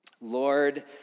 Lord